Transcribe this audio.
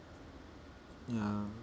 ya